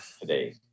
today